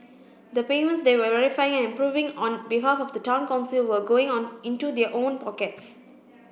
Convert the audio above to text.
the payments they were verifying and approving on behalf of the Town Council were going on into their own pockets